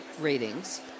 ratings